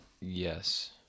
Yes